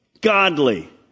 godly